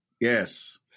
Yes